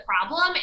problem